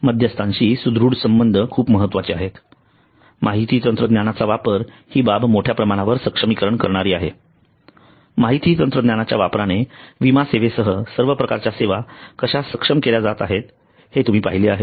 मध्यस्थांशी सुदृढ संबंध खूप महत्वाचे आहेत माहिती तंत्रज्ञानाचा वापर हि बाब मोठ्याप्रमाणावर सक्षमीकरण करणारी आहे माहिती तंत्रज्ञानाच्या वापराने विमा सेवेसह सर्व प्रकारच्या सेवा कशा सक्षम केल्या जात आहेत हे तुम्ही पाहिले आहे